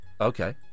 Okay